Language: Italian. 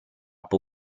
può